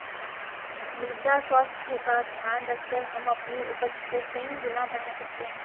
मृदा स्वास्थ्य का ध्यान रखकर हम अपनी उपज को कई गुना बढ़ा सकते हैं